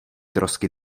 trosky